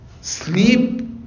sleep